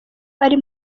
ari